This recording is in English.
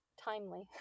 timely